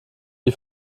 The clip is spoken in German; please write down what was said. die